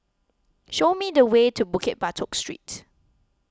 show me the way to Bukit Batok Street